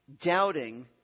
doubting